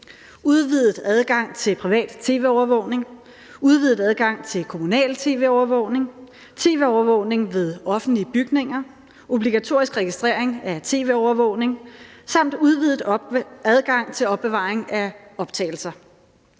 Udvidet adgang til privat tv-overvågning, udvidet adgang til kommunal tv-overvågning, tv-overvågning ved offentlige bygninger, obligatorisk registrering af tv-overvågning og udvidet adgang til opbevaring af optagelser.